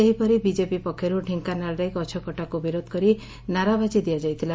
ସେହିପରି ବିଜେପି ପକ୍ଷରୁ ଡ଼େଙ୍କାନାଳରେ ଗଛକଟାକୁ ବିରୋଧ କରି ନାରାବାଜି ଦିଆଯାଇଥିଲା